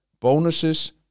bonuses